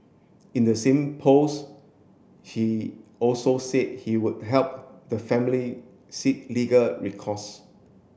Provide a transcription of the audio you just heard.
in the same post he also said he would help the family seek legal recourse